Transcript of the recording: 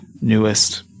newest